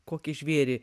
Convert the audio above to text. kokį žvėrį